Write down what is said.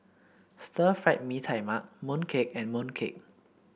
Stir Fried Mee Tai Mak mooncake and mooncake